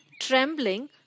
trembling